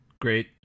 Great